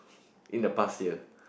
in the past year